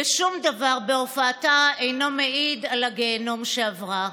ושום דבר בהופעתה אינו מעיד על הגיהינום שעברה.